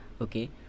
okay